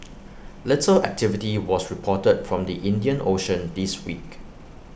little activity was reported from the Indian ocean this week